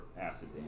acid